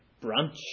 branch